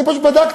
אני פשוט בדקתי.